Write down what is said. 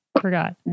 Forgot